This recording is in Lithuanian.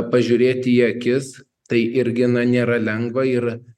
pažiūrėti į akis tai irgi na nėra lengva ir